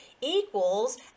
equals